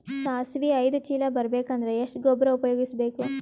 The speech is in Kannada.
ಸಾಸಿವಿ ಐದು ಚೀಲ ಬರುಬೇಕ ಅಂದ್ರ ಎಷ್ಟ ಗೊಬ್ಬರ ಉಪಯೋಗಿಸಿ ಬೇಕು?